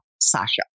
Sasha